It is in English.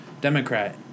Democrat